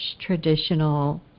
traditional